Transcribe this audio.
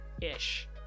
ish